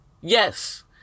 Yes